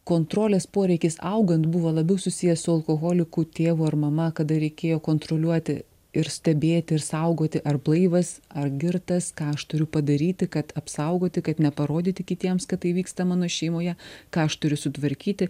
kontrolės poreikis augant buvo labiau susijęs su alkoholiku tėvu ar mama kada reikėjo kontroliuoti ir stebėti ir saugoti ar blaivas ar girtas ką aš turiu padaryti kad apsaugoti kad neparodyti kitiems kad tai vyksta mano šeimoje ką aš turiu sutvarkyti